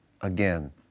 again